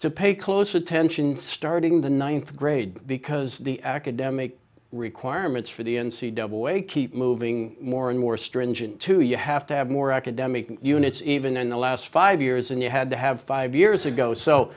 to pay close attention starting the ninth grade because the academic requirements for the n c double way keep moving more and more stringent to you have to have more academic units even in the last five years and you had to have five years ago so